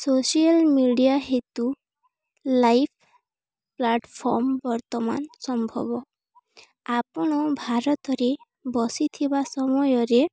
social media ହେତୁ live platform ବର୍ତ୍ତମାନ ସମ୍ଭବ ଆପଣ ଭାରତରେ ବସିଥିବା ସମୟରେ